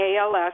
ALS